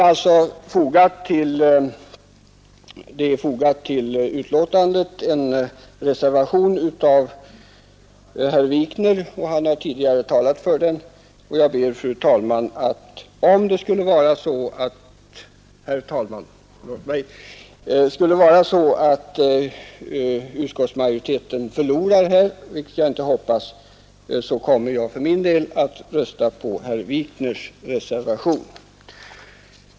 Till betänkandet har fogats en reservation av herr Wikner, som tidigare har talat för den. Jag ber, herr talman, att få meddela att om utskottsmajoriteten förlorar, vilket jag inte hoppas, kommer jag för min del att rösta för herr Wikners reservation.